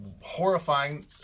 horrifying